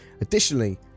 Additionally